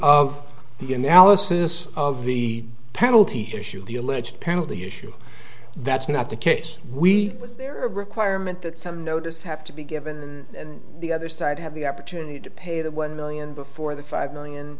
of the analysis of the penalty issue the alleged penalty issue that's not the case we are a requirement that some notice have to be given the other side have the opportunity to pay that one million before the five million